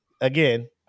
again